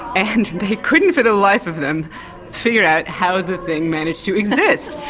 and they couldn't for the life of them figure out how the thing managed to exist.